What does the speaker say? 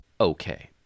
Okay